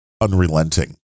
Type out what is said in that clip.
unrelenting